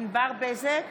ענבר בזק,